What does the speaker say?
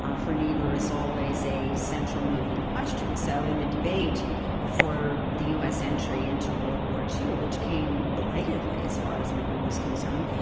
um for niebuhr is always a central moving question. so in the debate before the u s. entry into world war ii, which came belatedly as far as niebuhr was concerned,